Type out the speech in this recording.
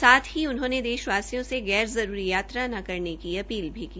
साथ ही उन्होंने देशवासियों से गैर जरूरी यात्रा न करने की अपील भी की